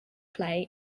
play